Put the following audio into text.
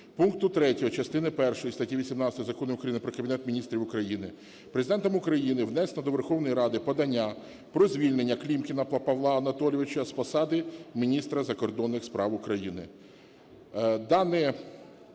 пункту 3 частини першої статті 18 Закону України "Про Кабінет Міністрів України" Президентом України внесено до Верховної Ради подання про звільнення Клімкіна Павла Анатолійовича з посади міністра закордонних справ України.